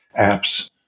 apps